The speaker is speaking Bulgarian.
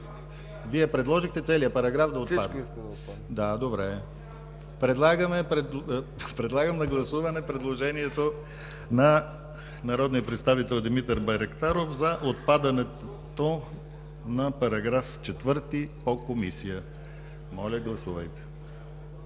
Вие предложихте всичко да отпадне? Да, добре. Подлагам на гласуване предложението на народния представител Димитър Байрактаров за отпадането на § 4 по Комисията. Моля, гласувайте.